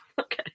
Okay